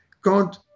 God